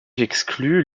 exclues